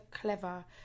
clever